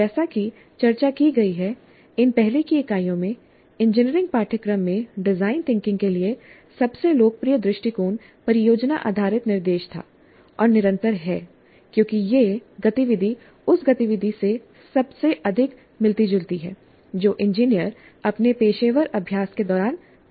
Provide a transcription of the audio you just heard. जैसा कि चर्चा की गई है इन पहले की इकाइयों में इंजीनियरिंग पाठ्यक्रम में डिजाइन थिंकिंग के लिए सबसे लोकप्रिय दृष्टिकोण परियोजना आधारित निर्देश था और निरंतर है क्योंकि यह गतिविधि उस गतिविधि से सबसे अधिक मिलती जुलती है जो इंजीनियर अपने पेशेवर अभ्यास के दौरान करते हैं